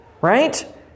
right